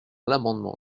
l’amendement